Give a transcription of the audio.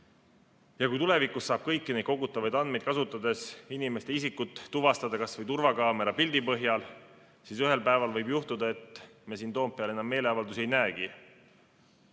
menetlemise pooleli. Aitäh! ... andmeid kasutades inimeste isikut tuvastada kas või turvakaamera pildi põhjal, siis ühel päeval võib juhtuda, et me siin Toompeal enam meeleavaldusi ei näegi.